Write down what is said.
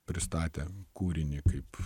pristatėm kūrinį kaip